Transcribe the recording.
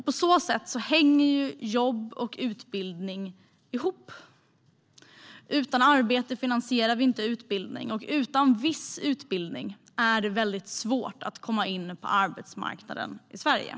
På det sättet hänger jobb och utbildning ihop. Utan arbete finansierar vi inte utbildning, och utan viss utbildning är det mycket svårt att komma in på arbetsmarknaden i Sverige.